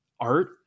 art